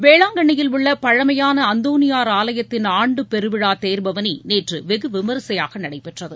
வேளாங்கண்ணியில் உள்ள பழைமையான அந்தோனியார் ஆலயத்தின் ஆண்டு பெருவிழா தேர் பவனி நேற்று வெகுவிமரிசையாக நடைபெற்றது